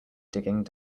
digging